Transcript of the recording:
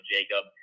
Jacob